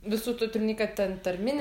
visų tu turi omeny kad ten tarminė